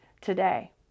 today